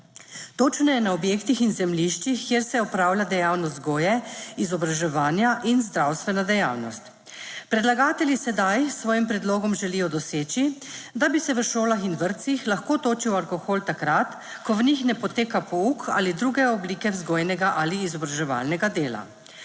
11.40** (Nadaljevanje) kjer se opravlja dejavnost vzgoje, izobraževanja in zdravstvena dejavnost. Predlagatelji sedaj s svojim predlogom želijo doseči, da bi se v šolah in vrtcih lahko točil alkohol takrat, ko v njih ne poteka pouk ali druge oblike vzgojnega ali izobraževalnega dela.